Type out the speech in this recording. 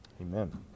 Amen